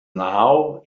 now